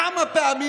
כמה פעמים,